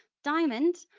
diamond,